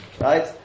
Right